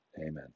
Amen